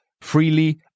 freely